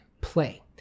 play